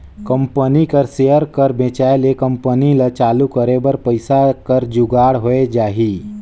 company कर share कर बेंचाए ले कंपनी ल चालू करे बर पइसा कर जुगाड़ होए जाही